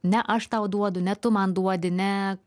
ne aš tau duodu ne tu man duodi ne